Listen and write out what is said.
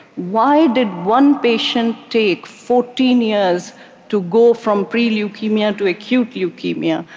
why did one patient take fourteen years to go from pre-leukemia to acute leukemia,